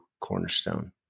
Cornerstone